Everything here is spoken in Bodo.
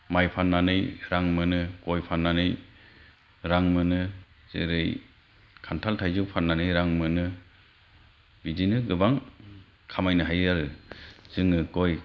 माइ फान्नानो रां मोनो गय फान्नानै रां मोनो जेरै खान्थाल थाइजौ फान्नानै रां मोनो बिदिनो गोबां खामायनो हायो आरो जोङो गय